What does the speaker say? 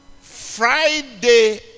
Friday